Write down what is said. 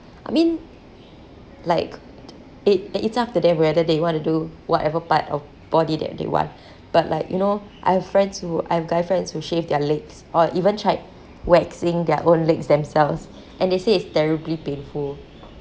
I mean like it it's up to them whether they want to do whatever part of body that they want but like you know I have friends who I have guy friends who shave their legs or even tried waxing their own legs themselves and they say it's terribly painful